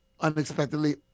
unexpectedly